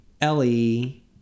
Ellie